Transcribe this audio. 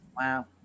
Wow